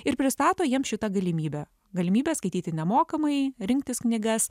ir pristato jiem šitą galimybę galimybė skaityti nemokamai rinktis knygas